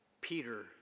Peter